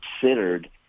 considered